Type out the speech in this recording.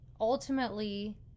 ultimately